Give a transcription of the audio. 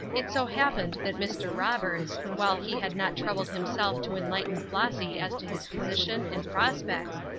it so happened that mr. roberts, while he had not troubled himself to enlighten flossy as to his position, and prospects,